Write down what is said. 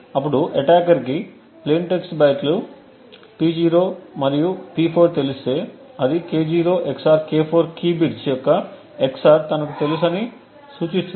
ఇప్పుడు అటాకర్కి plain text బైట్లు P0 మరియు P4 తెలిస్తే అది K0 XOR K4 key bits యొక్క XOR తనకు తెలుసని సూచిస్తుంది